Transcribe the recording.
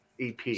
EP